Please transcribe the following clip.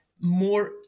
more